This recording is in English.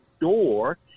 door